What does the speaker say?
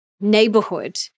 neighborhood